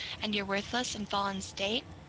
and your worthless and fallen state